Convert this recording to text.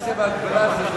הארכת חופשת לידה),